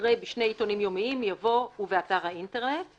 אחרי "בשני עיתונים יומיים" יבוא "ובאתר האינטרנט";